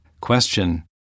Question